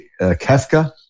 Kafka